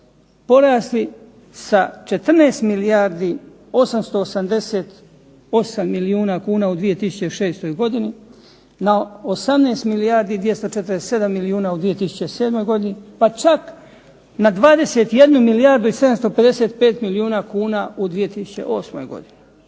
porasli sa 14 milijardi 888 milijuna kuna u 2006. godini na 18 milijardi 247 milijuna u 2007. godini, pa čak na 21 milijardu i 755 milijuna kuna u 2008. godini